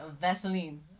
Vaseline